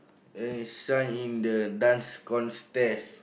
uh sign in the Dance Contest